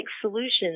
solutions